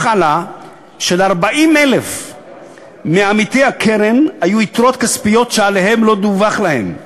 כך עלה של-40,000 מעמיתי הקרן היו יתרות כספיות שלא דווח להם עליהן,